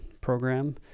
program